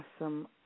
awesome